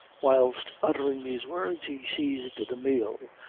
whilst uttering these words, he seized the meal,